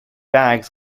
bags